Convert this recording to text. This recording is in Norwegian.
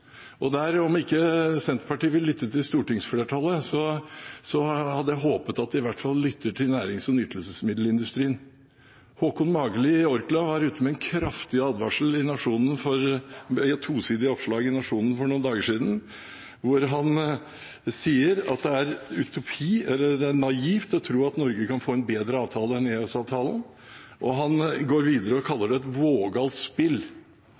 Og om ikke Senterpartiet vil lytte til stortingsflertallet, hadde jeg håpet at de i hvert fall lyttet til nærings- og nytelsesmiddelindustrien. Håkon Mageli i Orkla var ute med en kraftig advarsel i et tosidig oppslag i Nationen for noen dager siden, hvor han sier at det er naivt å tro at Norge kan få en bedre avtale enn EØS-avtalen. Han kaller det videre et vågalt spill.